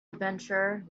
adventure